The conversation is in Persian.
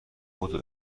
بدو